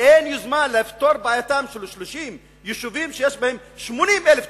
אין יוזמה לפתור את בעייתם של 30 יישובים שיש בהם 80,000 תושבים.